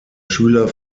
schüler